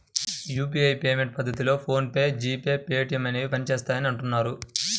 UPI payment పద్ధతిలో PhonePe, G Pay, Paytm అనేవి పనిచేస్తాయని అంటున్నారు